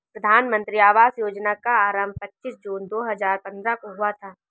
प्रधानमन्त्री आवास योजना का आरम्भ पच्चीस जून दो हजार पन्द्रह को हुआ था